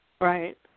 Right